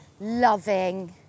loving